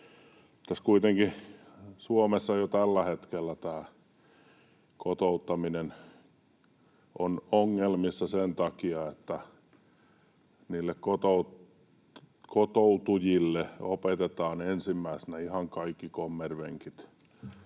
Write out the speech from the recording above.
Suomessa kuitenkin jo tällä hetkellä kotouttaminen on ongelmissa sen takia, että niille kotoutujille opetetaan ensimmäisenä ihan kaikki kommervenkit,